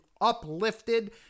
uplifted